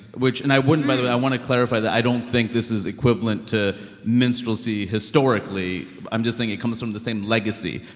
which and i wouldn't, by the way i want to clarify that i don't think this is equivalent to minstrelsy historically. i'm just saying it comes from the same legacy.